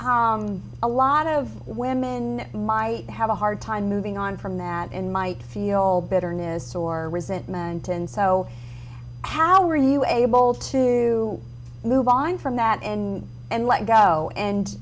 a lot of women in my have a hard time moving on from that and might feel old bitterness or resentment and so how were you able to move on from that in and let go and